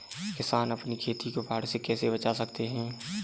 किसान अपनी खेती को बाढ़ से कैसे बचा सकते हैं?